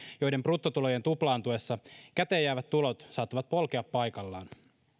joilla bruttotulojen tuplaantuessa käteen jäävät tulot saattavat polkea paikallaan